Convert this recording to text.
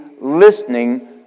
listening